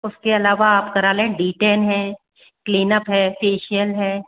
उसके अलावा आप करा लें डी टेन है क्लीनअप है फेशियल है